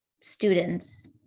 students